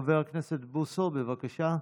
חבר הכנסת בוסו, בבקשה.